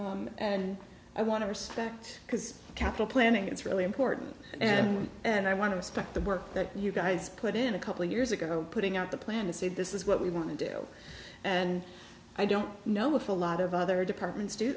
and i want to respect because capital planning it's really important and i want to respect the work that you guys put in a couple years ago putting out the plan to say this is what we want to do and i don't know if a lot of other departments do